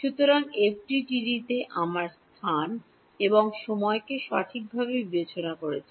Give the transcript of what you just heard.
সুতরাং এফডিটিডি তে আমরা স্থান এবং সময়কে সঠিকভাবে বিবেচনা করছি